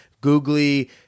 googly